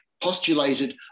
postulated